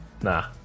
nah